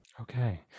Okay